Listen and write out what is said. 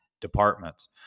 departments